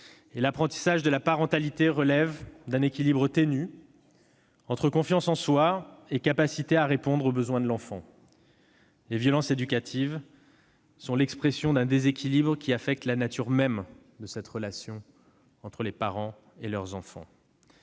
L'apprentissage de la parentalité relève d'un équilibre subtil entre confiance en soi et capacité à répondre aux besoins de l'enfant. Les violences éducatives sont l'expression d'un déséquilibre affectant la nature même de la relation entre les parents et leurs enfants.